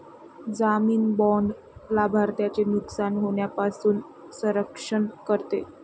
जामीन बाँड लाभार्थ्याचे नुकसान होण्यापासून संरक्षण करते